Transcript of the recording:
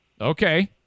Okay